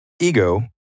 ego